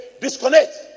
disconnect